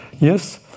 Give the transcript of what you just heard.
Yes